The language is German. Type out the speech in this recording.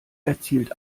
erzielt